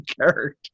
character